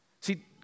See